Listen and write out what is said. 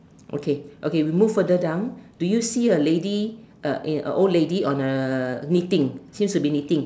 okay okay we move further down do you see a lady a in a old lady on a knitting seems to be knitting